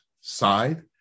side